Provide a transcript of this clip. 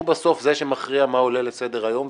הוא בסוף זה שמכריע מה עולה לסדר היום,